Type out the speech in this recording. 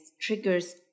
triggers